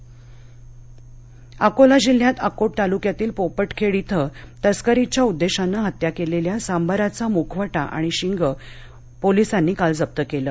अकोला अकोला जिल्ह्यात अकोट तालुक्यातील पोपटखेड इथं तस्करीच्या उद्देशाने हत्त्या केलेल्या सांबराचा मुखवटा आणि शिंग पोलिसांनी काल जप्त केलं